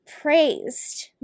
praised